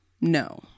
No